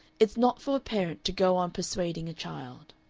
it's not for a parent to go on persuading a child.